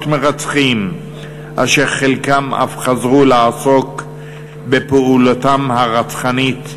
מרצחים אשר חלקם אף חזרו לעסוק בפעולתם הרצחנית.